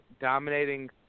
dominating